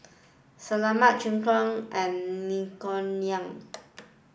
Salami Chigenabe and Naengmyeon